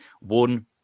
one